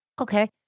Okay